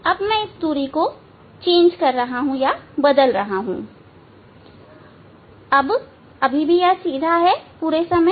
अब मैं दूरी को बदल रहा हूं यह अभी भी सीधा है पूरे समय